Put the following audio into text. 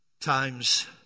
times